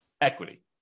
equity